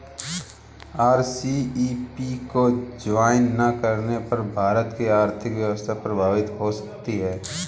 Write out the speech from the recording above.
RCEP को join ना करने पर भारत की आर्थिक व्यवस्था प्रभावित हो सकती है